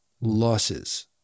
losses